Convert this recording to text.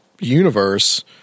universe